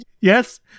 Yes